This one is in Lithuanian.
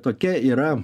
tokia yra